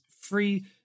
free